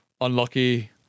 unlucky